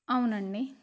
అవునండి